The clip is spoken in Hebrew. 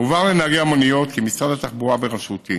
הובהר לנהגי המוניות כי משרד התחבורה בראשותי